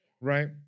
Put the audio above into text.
right